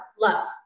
love